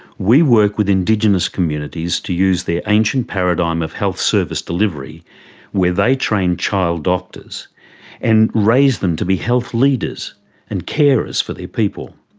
we work with indigenous communities to use their ancient paradigm of health service delivery where they train child doctors and raise them to be health leaders and carers for their people.